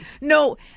No